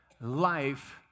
life